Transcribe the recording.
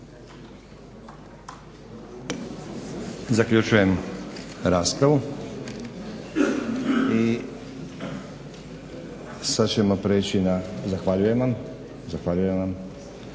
Zaključujem raspravu. Sad ćemo prijeći na, zahvaljujem vam